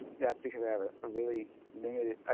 that's because i have a ah really limited